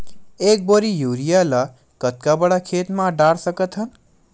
एक बोरी यूरिया ल कतका बड़ा खेत म डाल सकत हन?